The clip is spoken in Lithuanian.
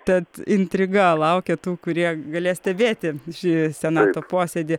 tad intriga laukia tų kurie galės stebėti šį senato posėdį